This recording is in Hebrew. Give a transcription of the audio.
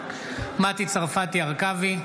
מטי צרפתי הרכבי,